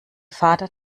vater